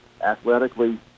athletically